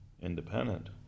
independent